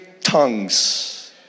tongues